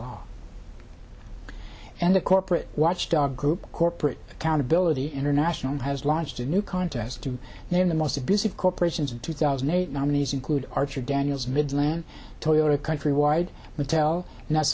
law and a corporate watchdog group corporate accountability international has launched a new contest to name the most abusive corporations of two thousand and eight nominees include archer daniels midland toyota countrywide mattel n